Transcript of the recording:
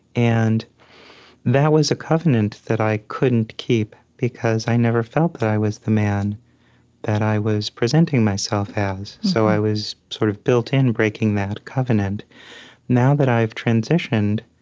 and that was a covenant that i couldn't keep because i never felt that i was the man that i was presenting myself as, so i was sort of built-in breaking that covenant now that i've transitioned,